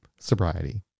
Sobriety